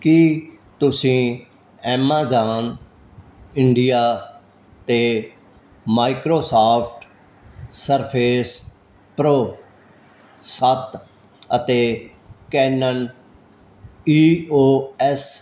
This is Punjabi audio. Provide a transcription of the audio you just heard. ਕੀ ਤੁਸੀਂ ਐਮਾਜ਼ਾਨ ਇੰਡੀਆ 'ਤੇ ਮਾਈਕਰੋਸਾਫਟ ਸਰਫੇਸ ਪ੍ਰੋ ਸੱਤ ਅਤੇ ਕੈਨਨ ਈ ਓ ਐਸ